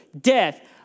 death